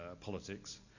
politics